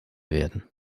werden